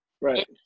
Right